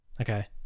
okay